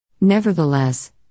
Nevertheless